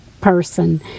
person